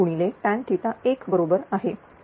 69tan1 बरोबर आहे